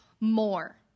more